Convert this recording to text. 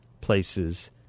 places